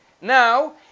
Now